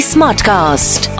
Smartcast